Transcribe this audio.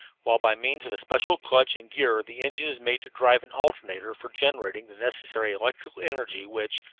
while by means of a special clutch and gear the engine is made to drive an alternator for generating the necessary electrical energy which,